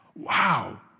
wow